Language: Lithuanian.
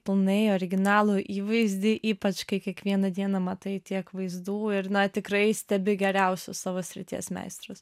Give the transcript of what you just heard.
pilnai originalų įvaizdį ypač kai kiekvieną dieną matai tiek vaizdų ir na tikrai stebi geriausius savo srities meistrus